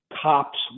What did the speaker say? cops